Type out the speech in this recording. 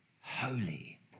holy